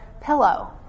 pillow